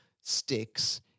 sticks